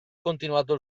continuato